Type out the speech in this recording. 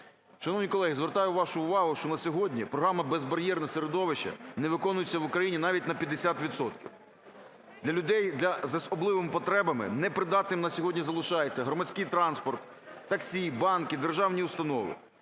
Шановні колеги, звертаю вашу увагу, що на сьогодні програма "Безбар'єрне середовище" не виконується в Україні навіть на 50 відсотків. Для людей з особливими потребами непридатним на сьогодні залишається громадський транспорт, таксі, банки, державні установи.